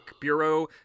Bureau